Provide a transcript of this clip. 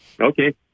Okay